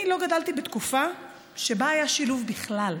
אני לא גדלתי בתקופה שבה היה שילוב בכלל,